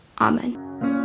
Amen